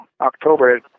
October